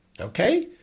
Okay